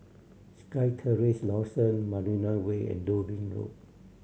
SkyTerrace Dawson Marina Way and Dublin Road